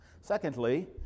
Secondly